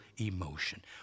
emotion